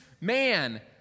man